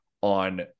on